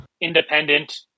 independent